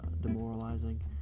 demoralizing